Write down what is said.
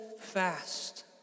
fast